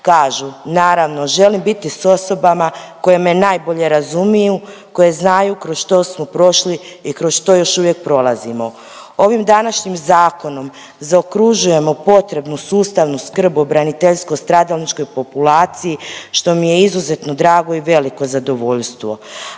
Kažu, naravno želim biti s osobama koje me najbolje razumiju, koje znaju kroz što smo prošli i kroz što još uvijek prolazimo. Ovim današnjim zakonom zaokružujemo potrebnu sustavnu skrb o braniteljsko stradalničkoj populaciji, što mi je izuzetno drago i veliko zadovoljstvo.